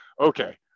okay